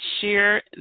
share